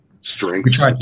strengths